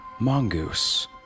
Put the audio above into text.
Mongoose